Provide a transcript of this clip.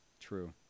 True